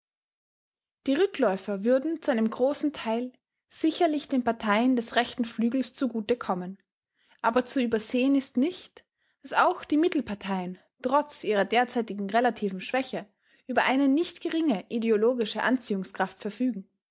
die rückläufer würden zu einem großen teil sicherlich den parteien des rechten flügels zugute kommen aber zu übersehen ist nicht daß auch die mittelparteien trotz ihrer derzeitigen relativen schwäche über eine nicht geringe ideologische anziehungskraft verfügen